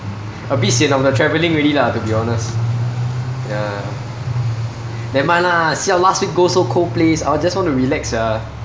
a bit sian on the traveling already lah to be honest ya nevermind lah siao last week go so cold place I just wanna relax sia